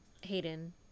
Hayden